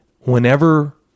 whenever